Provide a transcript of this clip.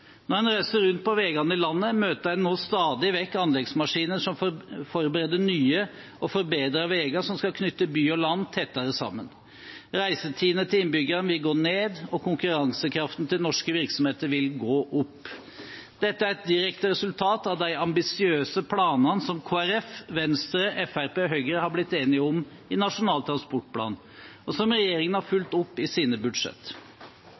Når man reiser rundt på veiene i landet, møter man nå stadig vekk anleggsmaskiner som forbereder nye og forbedrede veier som skal knytte by og land tettere sammen. Reisetidene til innbyggerne vil gå ned, og konkurransekraften til norske virksomheter vil gå opp. Dette er et direkte resultat av de ambisiøse planene som Kristelig Folkeparti, Venstre, Fremskrittspartiet og Høyre har blitt enige om i Nasjonal transportplan, og som regjeringen har